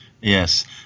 Yes